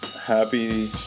Happy